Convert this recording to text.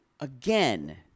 Again